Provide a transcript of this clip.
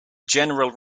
general